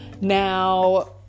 Now